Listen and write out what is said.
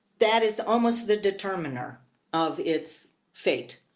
that is almost the determiner of its fate.